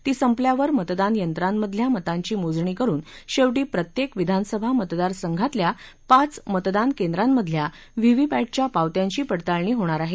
ती संपल्यावर मतदान यंत्रांमधल्या मतांची मोजणी करुन शेवटी प्रत्येक विधानसभा मतदारसंघातल्या पाच मतदान केंद्रांमधल्या व्हीव्हीपॅटच्या पावत्यांची पडताळणी होणार आहे